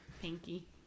pinky